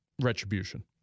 retribution